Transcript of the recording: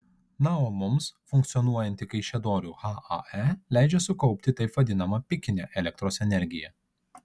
na o mums funkcionuojanti kaišiadorių hae leidžia sukaupti taip vadinamą pikinę elektros energiją